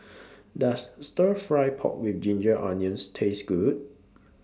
Does Stir Fry Pork with Ginger Onions Taste Good